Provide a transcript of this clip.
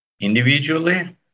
individually